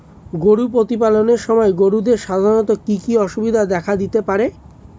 গরু প্রতিপালনের সময় গরুদের সাধারণত কি কি অসুবিধা দেখা দিতে পারে?